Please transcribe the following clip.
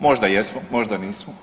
Možda jesmo, možda nismo.